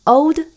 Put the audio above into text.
Old